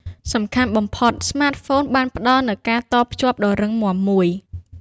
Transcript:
សំខាន់បំផុត ស្មាតហ្វូនបានផ្តល់នូវ ការតភ្ជាប់ ដ៏រឹងមាំមួយ។